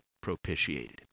propitiated